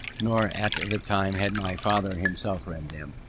nor at that time had my father himself read them.